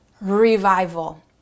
revival